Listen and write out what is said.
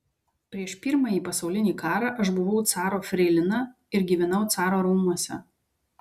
prieš pirmąjį pasaulinį karą aš buvau caro freilina ir gyvenau caro rūmuose